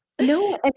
No